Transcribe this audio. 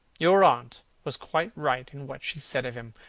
your aunt was quite right in what she said of him.